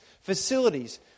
Facilities